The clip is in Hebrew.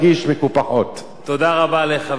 תודה רבה לחבר הכנסת נסים זאב.